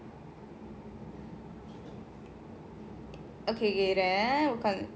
okay then you can